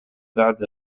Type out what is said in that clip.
بعد